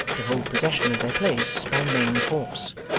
to hold possession of their place by main force.